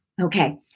Okay